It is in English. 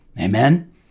Amen